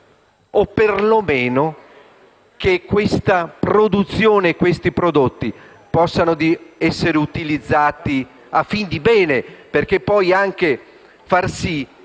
o perlomeno che questa produzione e questi prodotti possano essere utilizzati a fin di bene? Anche acquisire